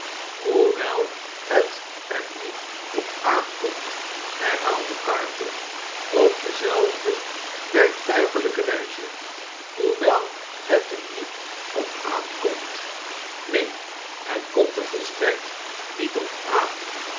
hoewel het er niet op aankomt herhaalde carton op dezelfde werktuigelijke wpe hoewel het er niet op aankomt neen het komt er volstrekt niet op aan